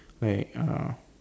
like uh